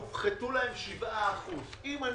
שיגיעו לגיל הפנסיה כל שנה יופחתו להן 7%. אם אני